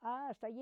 ha asta hí.